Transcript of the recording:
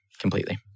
completely